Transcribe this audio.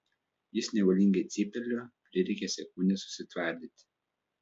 jis nevalingai cyptelėjo prireikė sekundės susitvardyti